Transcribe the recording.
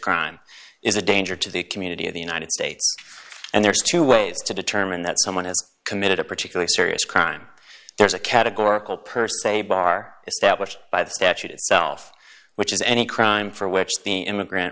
crime is a danger to the community of the united states and there's two ways to determine that someone has committed a particularly serious crime there's a categorical per se bar established by the statute itself which is any crime for